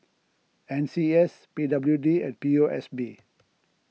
N C S P W D and P O S B